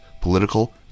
political